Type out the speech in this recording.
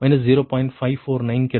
549 கிடைக்கும்